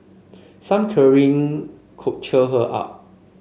some cuddling could cheer her up